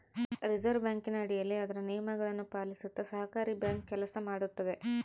reserve ಬ್ಯಾಂಕಿನ ಅಡಿಯಲ್ಲಿ ಅದರ ನಿಯಮಗಳನ್ನು ಪಾಲಿಸುತ್ತ ಸಹಕಾರಿ ಬ್ಯಾಂಕ್ ಕೆಲಸ ಮಾಡುತ್ತದೆ